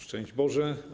Szczęść Boże!